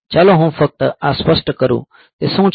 ચાલો હું ફક્ત આ સ્પષ્ટ કરું તે શું છે